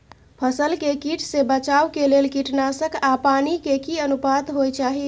फसल के कीट से बचाव के लेल कीटनासक आ पानी के की अनुपात होय चाही?